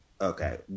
okay